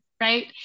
right